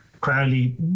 Crowley